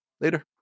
Later